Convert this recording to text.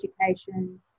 education